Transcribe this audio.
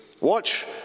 Watch